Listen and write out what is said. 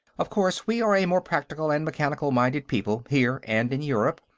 of course, we are a more practical and mechanical-minded people, here and in europe,